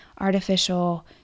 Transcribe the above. artificial